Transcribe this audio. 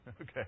Okay